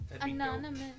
Anonymous